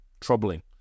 Troubling